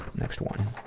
next one.